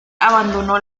abandonó